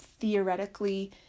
theoretically